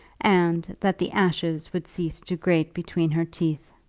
and that the ashes would cease to grate between her teeth.